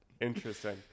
interesting